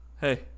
hey